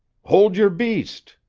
hold your beast!